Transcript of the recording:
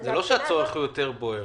זה לא שהצורך הוא יותר בוער,